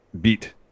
beat